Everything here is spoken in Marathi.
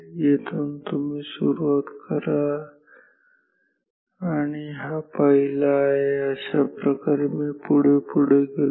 येथून सुरुवात करा आणि हा पहिला आहे आणि अशा प्रकारे मी पुढे पुढे गेलो